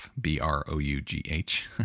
B-R-O-U-G-H